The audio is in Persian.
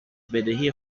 بدهی